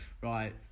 Right